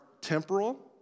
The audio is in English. temporal